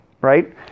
Right